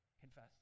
Confess